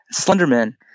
Slenderman